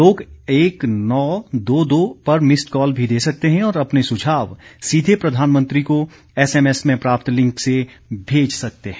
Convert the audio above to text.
लोग एक नौ दो दो पर मिस्ड कॉल भी दे सकते हैं और अपने सुझाव सीधे प्रधानमंत्री को एसएमएस में प्राप्त लिंक से भेज सकते हैं